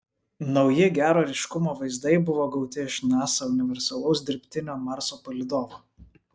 nauji gero ryškumo vaizdai buvo gauti iš nasa universalaus dirbtinio marso palydovo